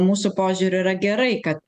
mūsų požiūriu yra gerai kad